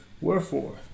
Wherefore